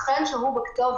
אכן הם שהו בכתובת.